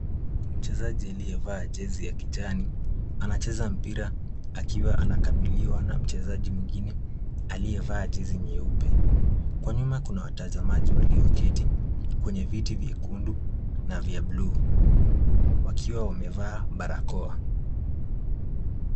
Mchezaji aliyevaa jezi ya kijani anacheza mpira akiwa anakabiliwa na mchezaji mwingine aliyevaa jezi nyeupe. Kwa nyuma kuna watazamaji walioketi kwenye viti vyekundu na vya bluu wakiwa wamevaa barakoa.